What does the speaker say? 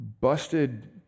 busted